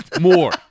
More